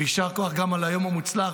יישר כוח גם על היום המוצלח,